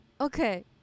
Okay